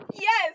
yes